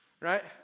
Right